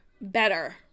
better